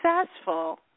successful